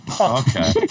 Okay